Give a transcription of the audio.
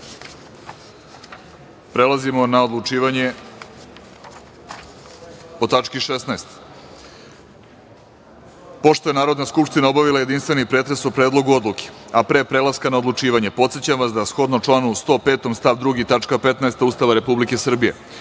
zakona. Prelazimo na odlučivanje o 16. tački dnevnog reda. Pošto je Narodna skupština obavila jedinstveni pretres o Predlogu odluke, a pre prelaska na odlučivanje, podsećam vas da shodno članu 105. stav 2. tačka 15) Ustava Republike Srbije,